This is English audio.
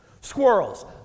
Squirrels